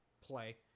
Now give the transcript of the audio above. play